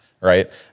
right